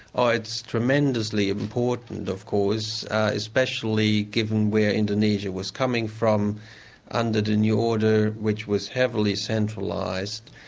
oh, it's tremendously important of course, especially given where indonesia was coming from under the new order, which was heavily centralised.